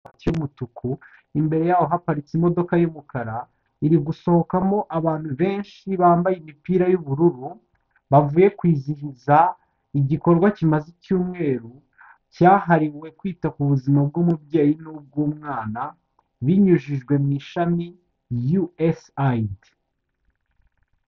Umutuku imbere yaho haparitse imodoka y'umukara iri gusohokamo abantu benshi bambaye imipira y'ubururu bavuye kwizihiza igikorwa kimaze icyumweru cyahariwe kwita ku buzima bw'umubyeyi n'ubw'umwana binyujijwe mu ishami USAID.